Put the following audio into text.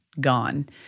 gone